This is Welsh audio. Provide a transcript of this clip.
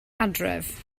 adref